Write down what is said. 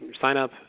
sign-up